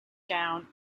down